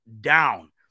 down